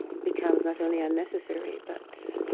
becomes not only unnecessary, but